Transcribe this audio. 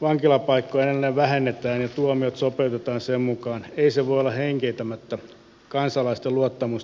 vankilapaikkoja edelleen vähennetään ja tuomiot sopeutetaan sen mukaan ei se voi olla heikentämättä kansalaisten luottamusta oikeusvaltion toimintaan